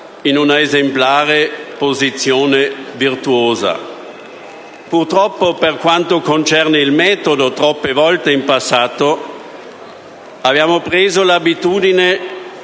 in una esemplare posizione virtuosa. Purtroppo, per quanto concerne il metodo, troppe volte, in passato, abbiamo preso l'abitudine